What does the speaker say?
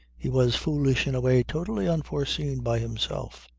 he was foolish in a way totally unforeseen by himself.